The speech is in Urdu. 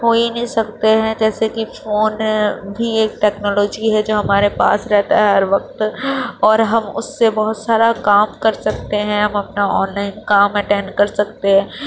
ہو ہی نہیں سکتے ہیں جیسے کہ فون بھی ایک ٹیکنالوجی ہے جو ہمارے پاس رہتا ہے ہر وقت اور ہم اس سے بہت سارا کام کر سکتے ہیں ہم اپنا آن لائن کام اٹینڈ کر سکتے ہیں